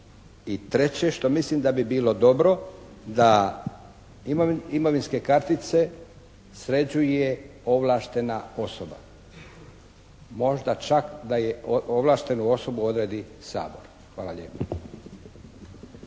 I treće što mislim da bi bilo dobro. Da imovinske kartice sređuje ovlaštena osoba. Možda čak da je, ovlaštenu osobu odredi Sabor. Hvala lijepo.